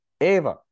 Eva